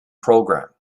program